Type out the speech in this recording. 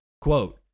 Quote